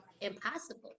impossible